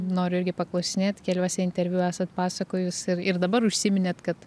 noriu irgi paklausinėt keliuose interviu esat pasakojusi ir ir dabar užsiminėt kad